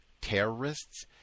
terrorists